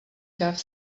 dav